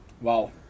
Wow